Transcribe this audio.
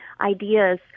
ideas